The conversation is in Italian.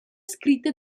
scritte